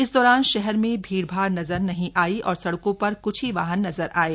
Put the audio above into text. इस दौरान शहर में भीड़भाड़ नजर नहीं आयी और सड़कों पर क्छ ही वाहन नजर आये